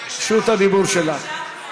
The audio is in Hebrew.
רשות הדיבור שלך.